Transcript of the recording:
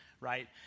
right